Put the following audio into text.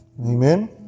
Amen